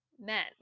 men